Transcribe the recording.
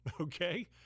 okay